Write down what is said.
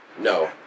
No